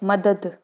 मदद